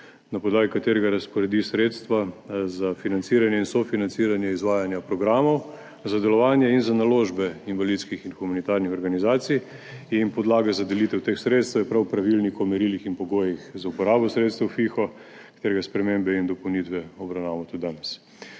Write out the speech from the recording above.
na podlagi katerega razporedi sredstva za financiranje in sofinanciranje izvajanja programov za delovanje in za naložbe invalidskih in humanitarnih organizacij, podlaga za delitev teh sredstev je prav pravilnik o merilih in pogojih za uporabo sredstev FIHO, katerega spremembe in dopolnitve obravnavamo tudi danes.